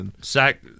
sack